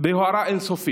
ביוהרה אין-סופית,